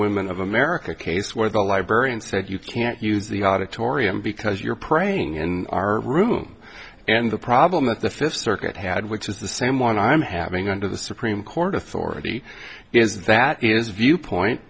women of america a case where the librarian said you can't use the auditorium because you're praying in our room and the problem of the fifth circuit had which is the same one i'm having under the supreme court authority is that is viewpoint